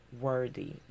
worthy